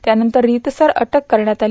त्यांना रितसर अटक करण्यात आली